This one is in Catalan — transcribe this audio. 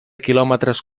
quilòmetres